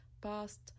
past